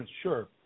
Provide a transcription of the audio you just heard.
Sure